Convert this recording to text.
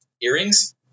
Earrings